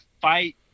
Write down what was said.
fight